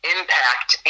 Impact